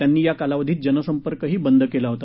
त्यांनी या कालावधीत जनसंपर्कही बंद केला होता